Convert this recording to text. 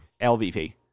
LVP